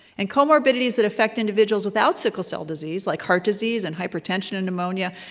and comorbidities that affect individuals without sickle cell disease, like heart disease and hypertension and pneumonia,